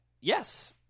yes